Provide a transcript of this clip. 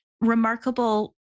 remarkable